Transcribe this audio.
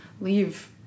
leave